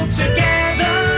together